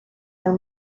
are